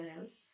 else